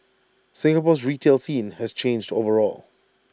Singapore's retail scene has changed overall